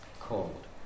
called